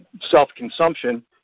self-consumption